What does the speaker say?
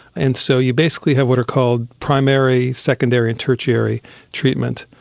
and so you basically have what are called primary, secondary and tertiary treatment.